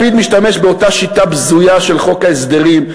לפיד משתמש באותה שיטה בזויה של חוק ההסדרים,